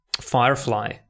Firefly